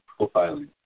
profiling